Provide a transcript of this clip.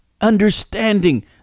understanding